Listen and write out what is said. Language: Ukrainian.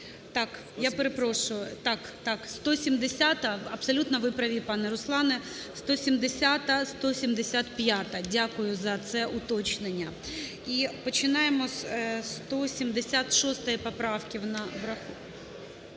Так, я перепрошую. Так, так, 170-а. Абсолютно ви праві, пане Руслане. 170-175-а. Дякую за це уточнення. І починаємо з 176 поправки.